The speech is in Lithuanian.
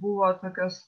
buvo tokios